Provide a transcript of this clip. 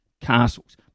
Castles